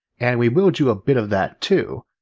and we will do a bit of that too,